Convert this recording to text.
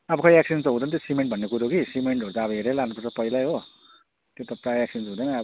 अब खै एक्सचेन्ज हुन्छ सिमेन्ट भन्ने कुरो कि सिमेन्टहरू त हेरेर लानुपर्छ पहिलै हो त्यो त प्राय एक्सचेन्ज हुँदैन अब